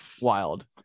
wild